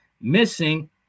missing